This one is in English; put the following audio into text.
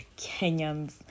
Kenyans